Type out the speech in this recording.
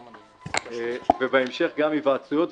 ובהמשך גם היוועצויות,